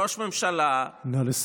ראש ממשלה, נא לסכם.